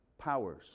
powers